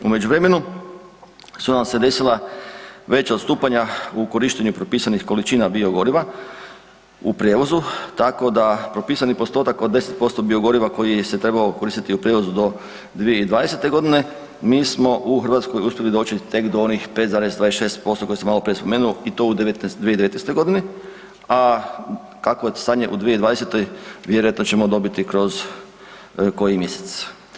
U međuvremenu, su nam se desila veća odstupanju u korištenju i propisanih količina biogoriva u prijevozu, tako da propisani postotak od 10% biogoriva koji se trebao koristiti u prijevozu do 2020. g. mi smo u Hrvatskoj uspjeli doći tek do onih 5,26% koje sam spomenuo i to u 2019. g., a kakvo je stanje u 2020. vjerojatno ćemo dobiti kroz koji mjesec.